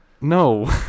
no